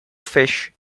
fish